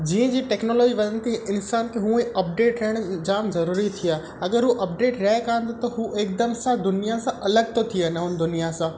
जीअं जीअं टैक्नोलॉजी वञे थी इंसान खे हूअ ई अपडेट रहणु जाम ज़रूरी थी वियो आहे अगरि हू अपडेट रहे कोन त हू हिकदमि सां दुनिया सां अलॻि थो थी वञे हुन दुनिया सां